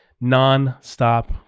Non-stop